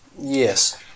Yes